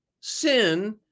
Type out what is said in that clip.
sin